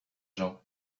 jean